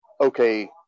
okay